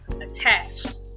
attached